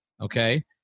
okay